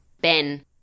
Ben